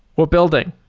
what building?